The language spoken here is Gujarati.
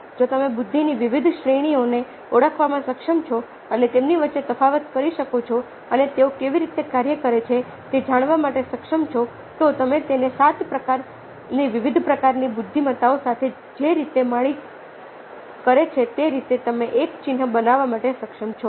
જો તમે બુદ્ધિની વિવિધ શ્રેણીઓને ઓળખવામાં સક્ષમ છો અને તેમની વચ્ચે તફાવત કરી શકો છો અને તેઓ કેવી રીતે કાર્ય કરે છે તે જણાવવા માટે સક્ષમ છો તો તમે તેની 7 પ્રકારની વિવિધ પ્રકારની બુદ્ધિમત્તાઓ સાથે જે રીતે માળી કરે છે તે રીતે તમે એક ચિહ્ન બનાવવા માટે સક્ષમ છો